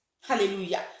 Hallelujah